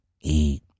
eat